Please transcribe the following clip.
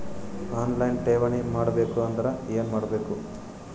On line ಠೇವಣಿ ಮಾಡಬೇಕು ಅಂದರ ಏನ ಮಾಡಬೇಕು?